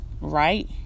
right